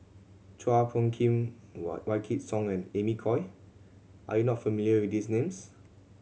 Chua Phung Kim Wykidd Song and Amy Khor are you not familiar with these names